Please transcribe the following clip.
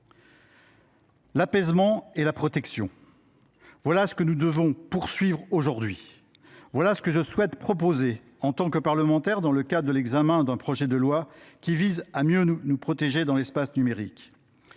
Apaisement et protection : voilà ce que nous devons viser aujourd’hui ; voilà ce que je souhaite proposer, en tant que parlementaire, dans le cadre de l’examen d’un projet de loi qui vise à mieux nous protéger dans l’espace numérique.